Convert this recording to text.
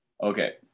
Okay